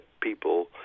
people